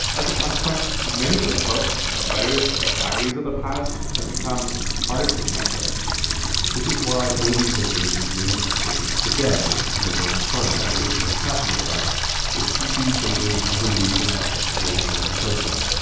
as a consequence, many of the books and letters and diaries of the past have become harder to connect with which is why one of the association's main activities today and the one hanno is most passionate about is teaching children how to read and write old german cursive